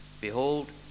Behold